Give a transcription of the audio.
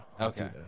Okay